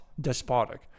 despotic